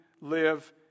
live